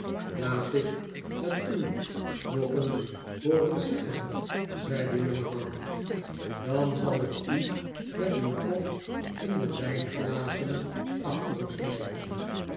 laat ik het u nog eens hooren zeggen zei de jongeman dan zal ik u met uw kop in die wijnglazen achter u smijten